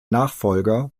nachfolger